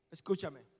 Escúchame